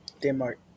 denmark